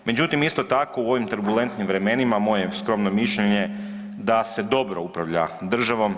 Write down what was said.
Međutim, isto tako u ovim turbulentnim vremenima moje je skromno mišljenje da se dobro upravlja državom.